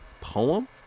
poem